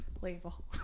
label